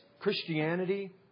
Christianity